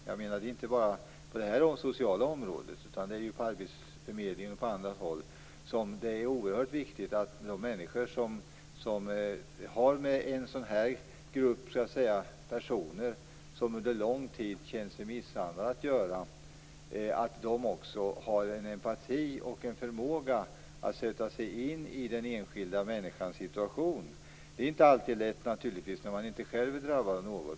Det är oerhört viktigt inte bara på det sociala området utan även vid t.ex. arbetsförmedlingar att dessa personer kan känna empati och har förmåga att sätta sig in i enskilda människors situation. Det är inte alltid lätt när man inte själv är drabbad.